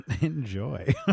Enjoy